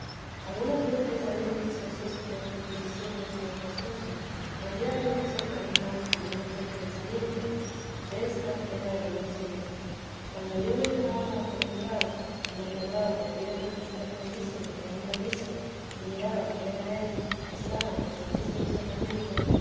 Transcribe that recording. algunas veces habré dicho estos efectos de visiones y otras cosas mas ya he dicho que hay más y menos aprovechamiento desta queda grandísimo cuando yo me llegaba a comulgar y me acordaba de aquella majestad grandísima que había visto y miraba que era el que estaba en el santísimo sacramento